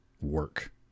work